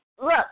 Look